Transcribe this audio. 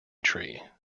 tree